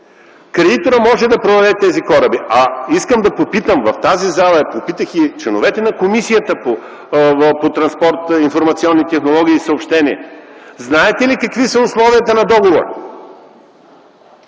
кредиторът може да продаде тези кораби. Искам да попитам в тази зала, попитах и членовете на Комисията по транспорт, информационни технологии и съобщения: знаете ли какви са условията на договора?